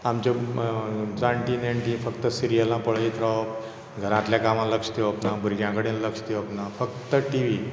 आमचीं जाणटीं नेणटीं फक्त सिरियलां पळयत रावप घरांतल्या कामार लक्ष दिवप ना भुरग्यां कडेन लक्ष दिवप ना फक्त टीव्ही